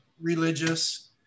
religious